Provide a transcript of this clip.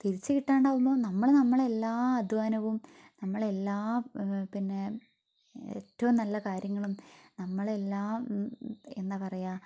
തിരിച്ച് കിട്ടാണ്ടാവുമ്പോൾ നമ്മൾ നമ്മളെ എല്ലാ അധ്വാനവും നമ്മളെ എല്ലാം പിന്നെ ഏറ്റവും നല്ല കാര്യങ്ങളും നമ്മൾ എല്ലാം എന്താ പയുക